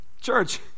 church